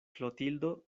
klotildo